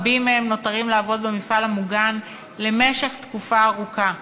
רבים מהם נותרים לעבוד במפעל המוגן במשך תקופה ארוכה.